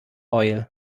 oil